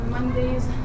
Mondays